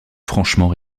franchement